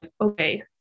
okay